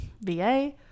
VA